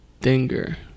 dinger